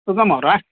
ಸುಗಮ್ ಅವರಾ